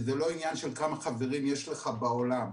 וזה לא עניין של כמה חברים יש לך בעולם.